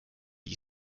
die